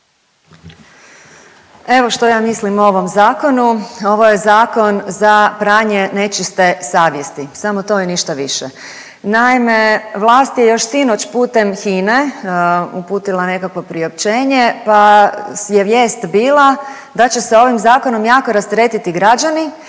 Evo što ja mislim o ovom zakonu. Ovo je zakon za pranje nečiste savjesti, samo to i ništa više. Naime, vlast je još sinoć putem HINE uputila nekakvo priopćenje pa je vijest bila da će se ovim zakonom jako rasteretiti građani